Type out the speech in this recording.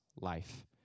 Life